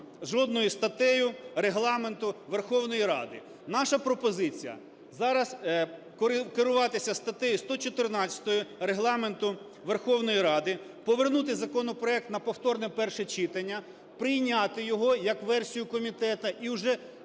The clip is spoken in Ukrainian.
жодною статтею Регламенту Верховної Ради. Наша пропозиція: зараз керуватися статтею 114 Регламенту Верховної Ради – повернути законопроект на повторне перше читання, прийняти його як версію комітету і вже